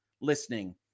listening